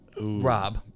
Rob